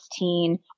16